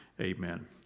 Amen